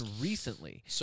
recently